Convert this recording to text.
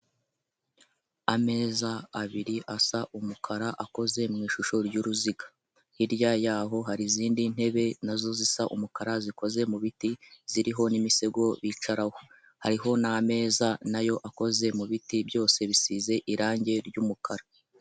Ameza abiri asa umukara akoze mu ishusho ry'uruziga, hirya yaho hari izindi ntebe nazo zisa umukara zikoze mu biti ziriho n'imisego bicaraho hariho n'ameza nayo akoze mu biti byose bisize irangi ry'umukara.